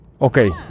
Okay